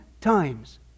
times